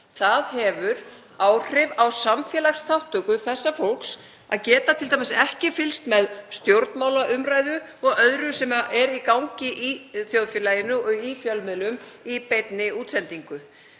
Það hefur áhrif á samfélagsþátttöku þessa fólks að geta t.d. ekki fylgst með stjórnmálaumræðu og öðru sem er í gangi í þjóðfélaginu og í fjölmiðlum í beinni útsendingu.